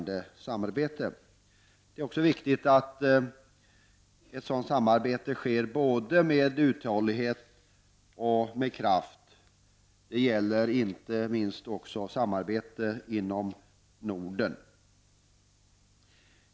Det är också viktigt att ett sådant samarbete inom Norden sker både med uthållighet och med kraft.